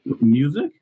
Music